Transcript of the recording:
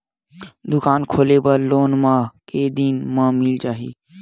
दुकान खोले बर लोन मा के दिन मा मिल जाही?